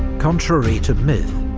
contrary to myth,